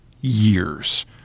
years